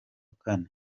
kane